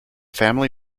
family